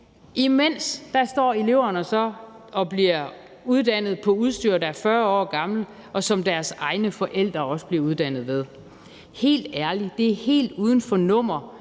Imens står eleverne så og bliver uddannet ved udstyr, der er 40 år gammelt, og som deres egne forældre også blev uddannet ved. Helt ærligt, det er helt uden for nummer,